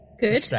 Good